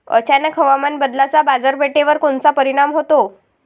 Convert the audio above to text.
अचानक हवामान बदलाचा बाजारपेठेवर कोनचा परिणाम होतो?